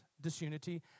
disunity